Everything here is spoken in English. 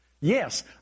Yes